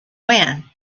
when